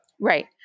Right